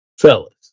Fellas